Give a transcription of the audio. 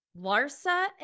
Larsa